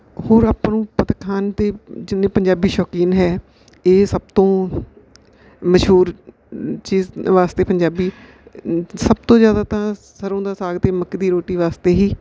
ਹੋਰ ਆਪਾਂ ਨੂੰ ਮਤ ਖਾਣ ਦੇ ਜਿੰਨੇ ਪੰਜਾਬੀ ਸ਼ੌਕੀਨ ਹੈ ਇਹ ਸਭ ਤੋਂ ਮਸ਼ਹੂਰ ਚੀਜ਼ ਵਾਸਤੇ ਪੰਜਾਬੀ ਸਭ ਤੋਂ ਜ਼ਿਆਦਾ ਤਾਂ ਸਰ੍ਹੋਂ ਦਾ ਸਾਗ ਅਤੇ ਮੱਕੀ ਦੀ ਰੋਟੀ ਵਾਸਤੇ ਹੀ